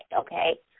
okay